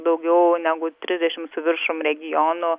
daugiau negu trisdešimt su viršum regionų